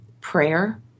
prayer